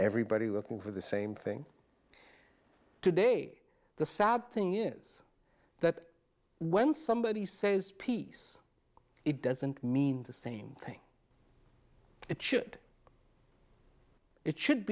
everybody looking for the same thing today the sad thing is that when somebody says peace it doesn't mean the same thing it should it should